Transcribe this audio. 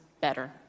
better